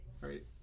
right